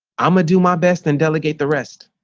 i'm gonna do my best and delegate the rest.